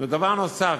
ודבר נוסף,